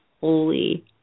holy